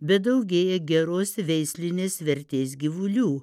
bet daugėja geros veislinės vertės gyvulių